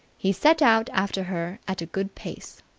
he set out after her at a good pace.